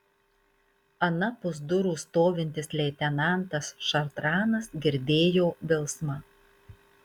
anapus durų stovintis leitenantas šartranas girdėjo bilsmą